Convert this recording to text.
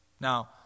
Now